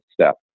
step